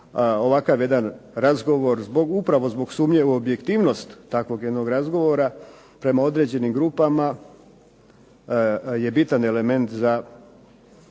ovakav jedan razgovor upravo zbog sumnje u objektivnost takvog jednog razgovora prema određenim grupama, je bitan element za